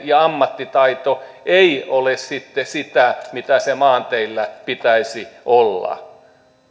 ja ammattitaito ei ole sitten sitä mitä sen maanteillä pitäisi olla